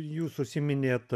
jūs užsiminėt